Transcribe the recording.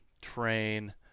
train